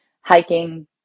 Hiking